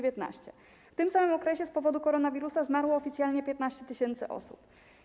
W tym samym okresie z powodu koronawirusa zmarło oficjalnie 15 tys. osób.